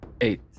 Eight